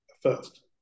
first